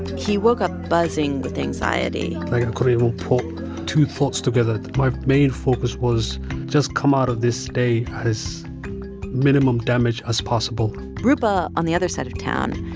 he woke up buzzing with anxiety i couldn't even put two thoughts together. my main focus was just come out of this day as minimum damage as possible roopa, on the other side of town,